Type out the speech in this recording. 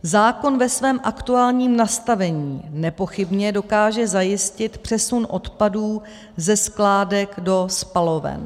Zákon ve svém aktuálním nastavení nepochybně dokáže zajistit přesun odpadů ze skládek do spaloven.